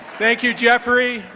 thank you, jeffrey.